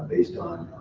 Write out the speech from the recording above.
based on